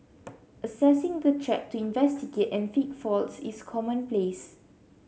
accessing the track to investigate and fix faults is commonplace